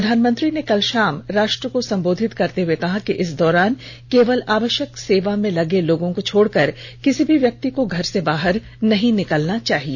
प्रधानमंत्री ने कल शाम राष्ट्र को संबोधित करते हुए कहा कि इस दौरान केवल आवश्यक सेवा में लगे लोगों को छोड़कर किसी भी व्यक्ति को घर से बाहर नहीं निकलना चाहिए